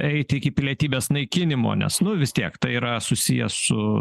eit iki pilietybės naikinimo nes nu vis tiek tai yra susiję su